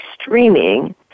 streaming